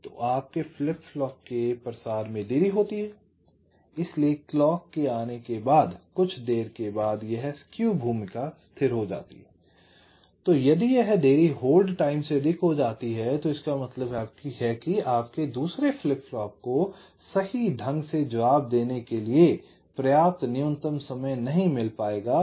तो आपके flip flop के प्रसार में देरी होती है इसलिए क्लॉक के आने के बाद कुछ देर के बाद यह स्केव भूमिका स्थिर हो जाती है और यदि यह देरी होल्ड टाइम से अधिक हो जाती है तो इसका मतलब है कि आपके दूसरे फ्लिप फ्लॉप को सही ढंग से जवाब देने के लिए प्रयाप्त न्यूनतम समय नहीं मिल पायेगा